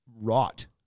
rot